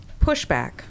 pushback